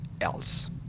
else